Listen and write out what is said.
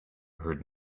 heard